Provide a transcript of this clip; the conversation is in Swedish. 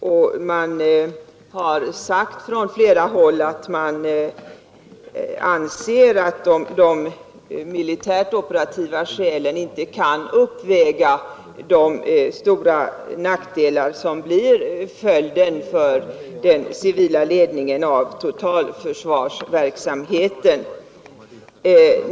Från flera remisshåll har det sagts att man anser att de militärt operativa skälen inte kan uppväga de stora nackdelar som blir följden för den civila ledningen av totalförsvarsverksamheten.